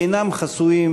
אינם חסויים